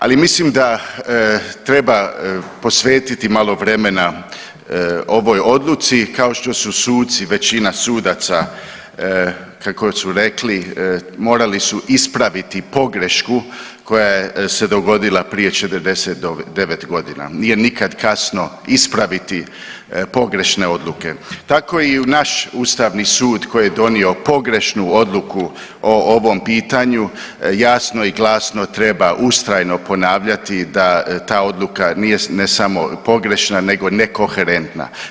Ali mislim da treba posvetiti malo vremena ovoj odluci, kao što su suci većina sudaca kako su rekli morali su ispravit pogrešku koja se dogodila prije 49 godina, nije nikad kasno ispraviti pogrešne odluke tako i u naš Ustavni sud koji je donio pogrešnu odluku o ovom pitanju jasno i glasno treba ustrajno ponavljati da ta odluka nije ne samo pogrešna nego nekoherentna.